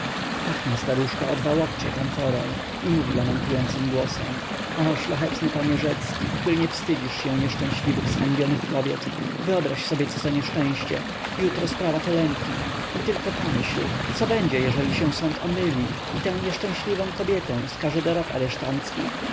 pachnie staruszka o dwa łokcie kamforą i mówi lamentującym głosem o szlachetny panie rzecki który nie wstydzisz się nieszczęśliwych zhańbionych kobiet wyobraź sobie co za nieszczęście jutro sprawa helenki i tylko pomyśl co będzie jeżeli się sąd omyli i tę nieszczęśliwą kobietę skaże do rot aresztanckich ale uspokój się